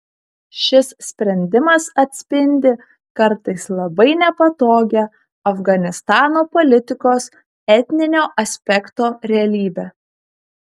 šis sprendimas atspindi kartais labai nepatogią afganistano politikos etninio aspekto realybę